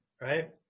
right